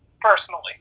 personally